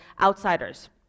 outsiders